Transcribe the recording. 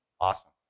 Awesome